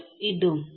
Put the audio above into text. ഒരു ഉം